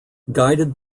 guided